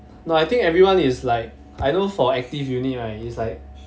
no I think everyone is like I know for active unit right it's like